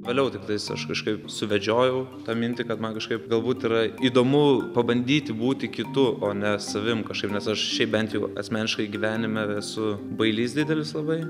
vėliau tiktais aš kažkaip suvedžiojau tą mintį kad man kažkaip galbūt yra įdomu pabandyti būti kitu o ne savim kažkaip nes aš šiaip bent jau asmeniškai gyvenime esu bailys didelis labai